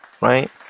right